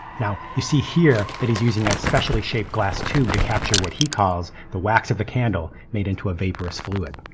now, you see here, that he's using a specially shaped glass tool to capture what he calls, the wax of the candle made into a vaporous fluid.